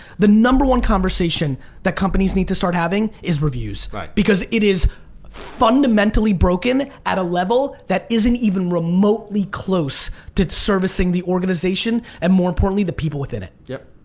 the number one conversation that companies need to start having is reviews because it is fundamentally broken at a level that isn't even remotely close to servicing the organization and more importantly the people within it. yep,